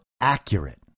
accurate